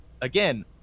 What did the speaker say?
again